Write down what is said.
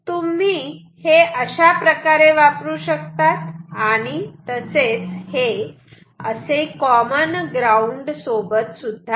तुम्ही हे अशा प्रकारे वापरू शकतात आणि तसेच हे असे कॉमन ग्राउंड सोबत सुद्धा